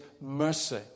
mercy